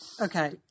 Okay